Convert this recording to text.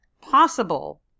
possible